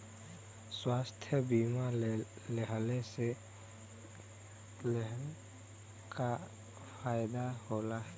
स्वास्थ्य बीमा लेहले से का फायदा होला?